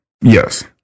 Yes